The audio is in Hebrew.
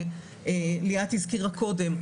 וליאת הזכירה קודם,